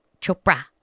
Chopra